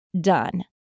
done